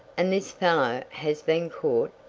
and this fellow has been caught?